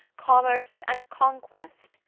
commerce and conquest,